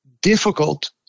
difficult